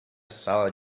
sala